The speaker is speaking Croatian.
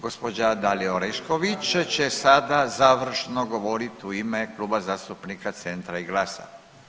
Gospođa Dalija Orešković će sada završno govorit u ime Kluba zastupnika Centra i GLAS-a.